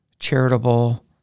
charitable